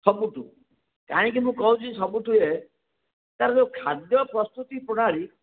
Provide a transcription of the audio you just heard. ସବୁଠୁ କାହିଁକି ମୁଁ କହୁଛି ସବୁଠୁ ଇଏ ତା'ର ଯେଉଁ ଖାଦ୍ୟ ପ୍ରସ୍ତୁତି ପ୍ରଣାଳୀ